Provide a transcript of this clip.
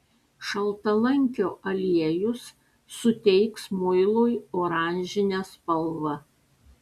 šaltalankio aliejus suteiks muilui oranžinę spalvą